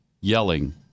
yelling